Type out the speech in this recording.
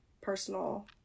personal